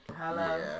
Hello